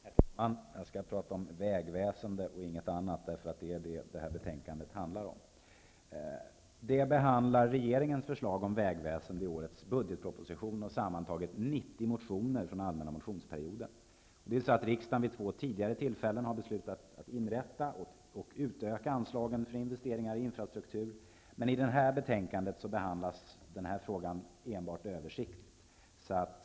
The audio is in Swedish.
Herr talman! Jag skall tala om vägväsende och ingenting annat, därför att det är vad betänkandet handlar om. Där behandlas regeringens förslag om vägväsende i årets budgetproposition och sammanlagt 90 motioner från den allmänna motionsperioden. Riksdagen har vid två tidigare tillfällen beslutat inrätta och utöka anslagen för investeringar för infrastruktur. I det här betänkandet behandlas dock denna fråga enbart översiktligt.